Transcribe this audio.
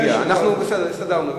אדוני השר, הסתדרנו.